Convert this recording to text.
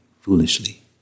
foolishly